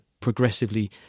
progressively